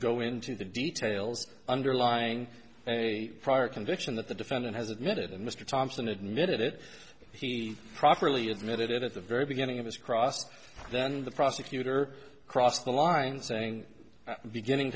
go into the details underlying a prior conviction that the defendant has admitted and mr thompson admitted it he properly admitted it at the very beginning of his cross then the prosecutor crossed the line saying beginning